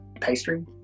pastry